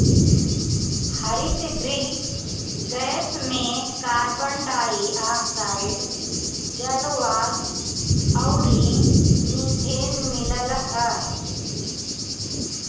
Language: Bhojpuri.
हरितगृह गैस में कार्बन डाई ऑक्साइड, जलवाष्प अउरी मीथेन मिलल हअ